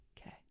Okay